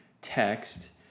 text